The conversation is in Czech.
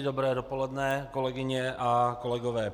Dobré dopoledne, kolegyně a kolegové.